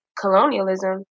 colonialism